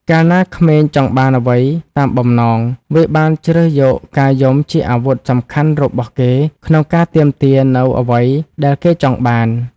កាលណាក្មេងចង់បានអ្វីតាមបំណង វាបានជ្រើសយកការយំជាអាវុធសំខាន់របស់ គេក្នុងការទាមទារនូវអ្វីដែលគេចង់បាន។